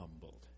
humbled